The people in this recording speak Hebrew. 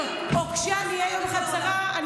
אם או כשאני אהיה, היא עושה הסברה בכל העולם.